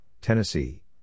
Tennessee